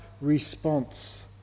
response